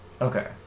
Okay